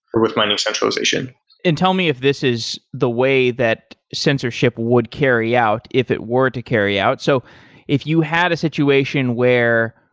or with mining centralization and tell me if this is the way that sensorship would carry out if it were to carry out. so if you had a situation where,